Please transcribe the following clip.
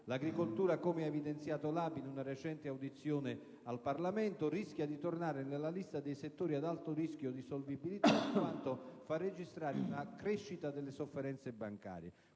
l'agricoltura, come evidenziato dall'ABI in una recente audizione al Parlamento, rischia di tornare nella lista dei settori ad alto rischio dì solvibilità, in quanto fa registrare una crescita delle sofferenze bancarie.